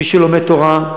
מי שלומד תורה,